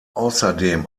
außerdem